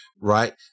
right